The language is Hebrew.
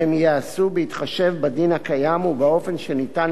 והן ייעשו בהתחשב בדין הקיים ובאופן שניתן